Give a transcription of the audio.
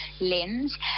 lens